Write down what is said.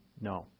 No